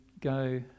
go